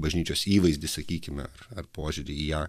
bažnyčios įvaizdį sakykime ar požiūrį į ją